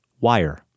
Wire